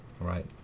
right